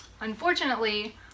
Unfortunately